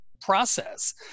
process